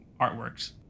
artworks